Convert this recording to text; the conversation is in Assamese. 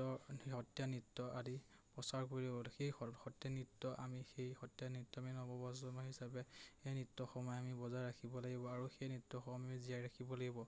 নৃত্য সত্ৰীয়া নৃত্য আদি প্ৰচাৰ কৰিবলে সেই সত্ৰীয়া নৃত্য আমি সেই সত্ৰীয়া নৃত্য আমি নৱপ্ৰজন্ম হিচাপে সেই নৃত্যসমূহে আমি বজাই ৰাখিব লাগিব আৰু সেই নৃত্যসমূহ আমি জীয়াই ৰাখিব লাগিব